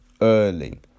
early